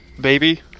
baby